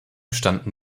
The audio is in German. standen